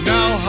Now